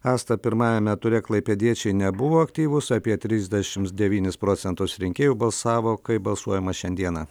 asta pirmajame ture klaipėdiečiai nebuvo aktyvūs apie trisdešimt devynis procentus rinkėjų balsavo kaip balsuojama šiandieną